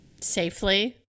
safely